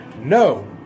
No